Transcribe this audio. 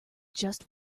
just